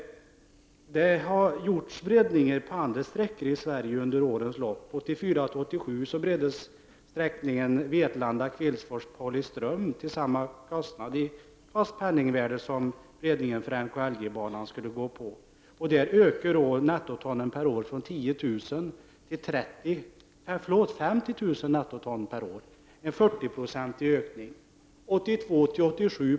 Man har gjort breddningar på andra sträckor under årens lopp. 1984-1987 breddades sträckningen Vetlanda-Kvillsfors-Pauliström till samma kostnad i fast penningvärde som breddningen av NKLJ-banan skulle uppgå till. Där ökade frakten från 10 000 nettoton till 50 000 nettoton per år, dvs. en ökning med 400 96.